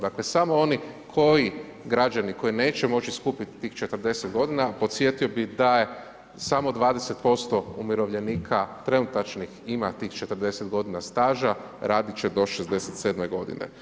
Dakle samo oni koji, građani koji neće moći skupiti tih 40 godina podsjetio bih da je samo 20% umirovljenika, trenutačnih ima tih 40 godina staža, raditi će do 67 godine.